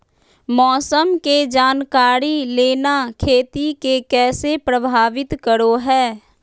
मौसम के जानकारी लेना खेती के कैसे प्रभावित करो है?